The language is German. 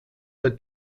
bei